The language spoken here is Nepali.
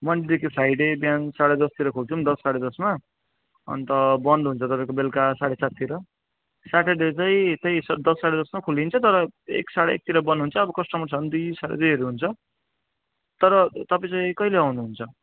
मन्डे टू फ्राइडे बिहान साँढे दसतिर खोल्छौँ दस साँढे दसमा अन्त बन्द हुन्छ तपाईँको बेलुका साँढे साततिर स्याटरडे चाहिँ त्यही दस साँढे दसमा खुल्लिन्छ तर एक साँढे एकतिर बन्द हुन्छ अब कस्टमर छ भने दुई साँढे दुईहरू हुन्छ तर तपाईँ चाहिँ कहिले आउनुहुन्छ